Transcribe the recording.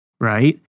right